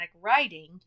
writing